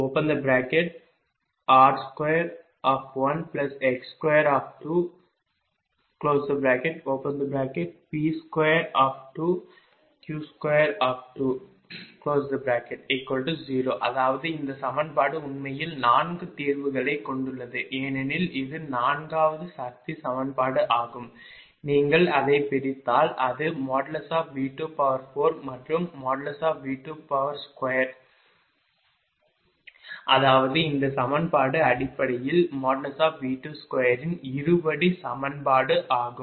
5| V|2V22r21x2P22Q20 அதாவது இந்த சமன்பாடு உண்மையில் 4 தீர்வுகளைக் கொண்டுள்ளது ஏனெனில் இது 4 வது சக்தி சமன்பாடு ஆகும் நீங்கள் அதை பார்த்தால் அது V24 மற்றும் V22 அதாவது இந்த சமன்பாடு அடிப்படையில் V22 இன் இருபடி சமன்பாடு ஆகும்